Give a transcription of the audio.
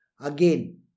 Again